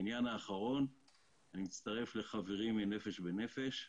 אני מצטרף לחברי מ"נפש בנפש".